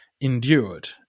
endured